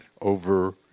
over